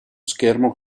schermo